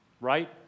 right